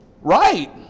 Right